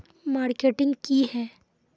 Marketing की है?